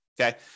Okay